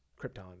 krypton